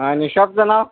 आणि शॉपचं नाव